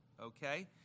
Okay